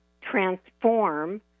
transform